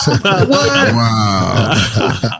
Wow